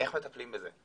איך מטפלים בזה.